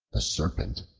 the serpent,